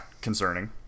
concerning